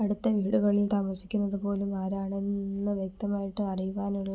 അടുത്ത വീടുകളിൽ താമസിക്കുന്നത് പോലും ആരാണെന്ന് വ്യക്തമായിട്ട് അറിയുവാനുള്ള